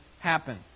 happen